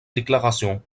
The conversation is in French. déclaration